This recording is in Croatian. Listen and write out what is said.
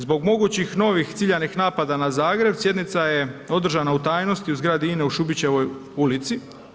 Zbog mogućih novih ciljanih napada na Zagreb, sjednica je održana u tajnosti u zgradi INA-e u Šubićevoj ulici.